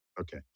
Okay